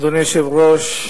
אדוני היושב-ראש,